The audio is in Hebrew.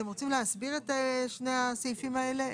אתם רוצים להסביר את שני הסעיפים האלה?